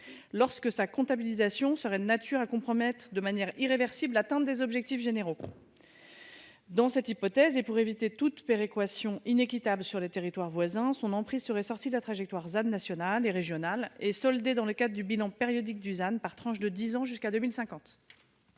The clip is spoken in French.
lorsque leur comptabilisation serait de nature à compromettre de manière irréversible l'atteinte des objectifs généraux. Dans cette hypothèse et pour éviter toute péréquation inéquitable sur les territoires voisins, leur emprise serait sortie de la trajectoire ZAN nationale et régionale et soldée dans le cadre du bilan périodique du ZAN par tranche de dix ans jusqu'à 2050.